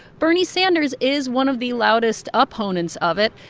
bernie sanders is one of the loudest opponents of it.